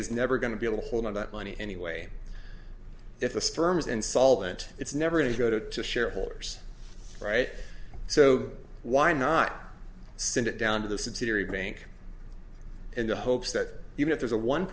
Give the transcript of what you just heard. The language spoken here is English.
is never going to be able to hold on that money anyway if the sperm is insolvent it's never going to go to shareholders right so why not send it down to the subsidiary bank in the hopes that even if there's a one